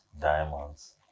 diamonds